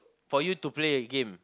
for you to play a game